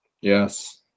Yes